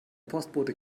postbote